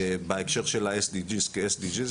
בהקשר של ה-SDG כ-SDG,